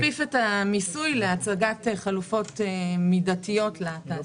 נכפיף את המיסוי להצגת חלופות מידתיות לתעשייה.